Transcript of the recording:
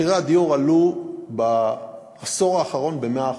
מחירי הדיור עלו בעשור האחרון ב-100%.